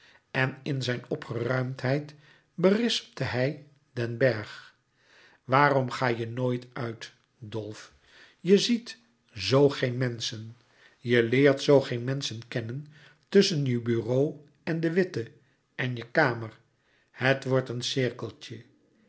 en in zijn opgeruimdheid berispte hij den bergh waarom ga je nooit uit dolf je ziet zoo geen menschen je leert zoo geen menschen kennen tusschen je bureau en de witte en je kamer het wordt een cirkeltje